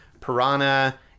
Piranha